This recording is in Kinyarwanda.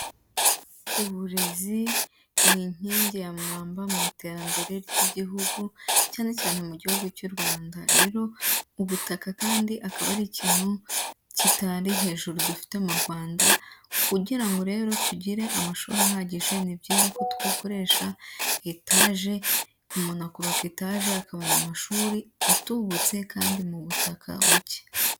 Uburezi ni inkingi ya mwamba mu iterambere ry'igihugu cyane cyane mu gihugu cy'u Rwanda, rero mu butaka kandi akaba ari ikintu kitari hejuru dufite mu Rwanda kugira rero tugire amashuri ahagije, ni byiza ko dukoresha etaje umuntu akubaka etage akabona amashuri atubutse kandi mu butaka buke.